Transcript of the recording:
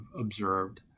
observed